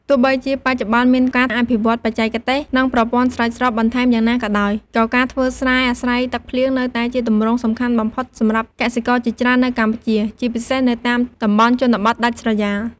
ទោះបីជាបច្ចុប្បន្នមានការអភិវឌ្ឍន៍បច្ចេកទេស និងប្រព័ន្ធស្រោចស្រពបន្ថែមយ៉ាងណាក៏ដោយ ក៏ការធ្វើស្រែអាស្រ័យទឹកភ្លៀងនៅតែជាទម្រង់សំខាន់បំផុតសម្រាប់កសិករជាច្រើននៅកម្ពុជា ជាពិសេសនៅតាមតំបន់ជនបទដាច់ស្រយាល។